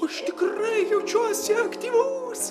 už tikrai jaučiuosi aktyvus